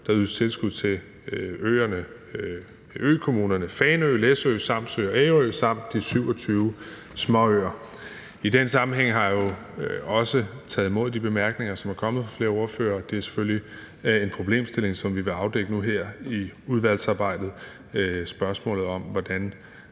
der ydes tilskud til økommunerne Fanø, Læsø, Samsø og Ærø samt de 27 småøer. I den sammenhæng har jeg også taget imod de bemærkninger, som er kommet fra flere ordførere, og det er selvfølgelig en problemstilling, som vi vil afdække nu her i udvalgsarbejdet, altså spørgsmålet om, hvordan